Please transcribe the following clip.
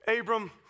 Abram